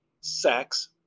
sex